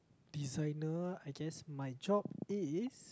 designer I guess my job is